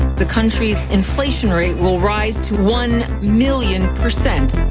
the country's inflation rate will rise to one million percent.